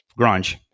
grunge